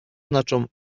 znaczą